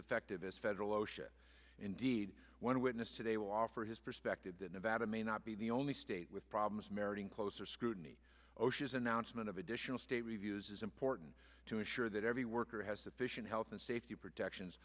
effective as federal osha indeed one witness today will offer his perspective that nevada may not be the only state with problems meriting closer scrutiny osha's announcement of additional state reviews is important to assure that every worker has sufficient health and safety protections